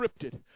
scripted